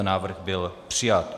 Návrh byl přijat.